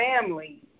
family